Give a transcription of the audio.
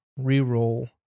re-roll